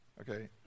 Okay